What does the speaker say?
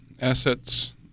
assets